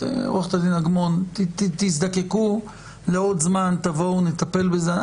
עו"ד אגמון, תזדקקו לעוד זמן, תבואו נטפל בזה.